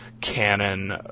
canon